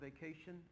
vacation